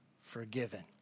forgiven